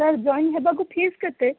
sir join ହେବାକୁ fees କେତେ